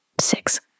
six